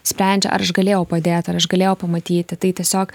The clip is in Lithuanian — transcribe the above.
sprendžia ar aš galėjau padėti ar aš galėjau pamatyti tai tiesiog